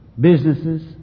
businesses